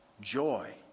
joy